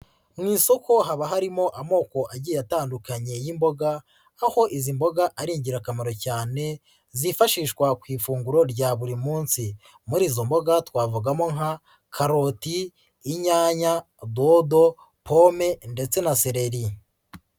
Mu isoko haba harimo amoko agiye atandukanye y'imboga, aho izi mboga ari ingirakamaro cyane, zifashishwa ku ifunguro rya buri munsi. Muri izo mboga twavugamo nka karoti, inyanya, dodo, pome ndetse na sereri.